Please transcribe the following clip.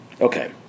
Okay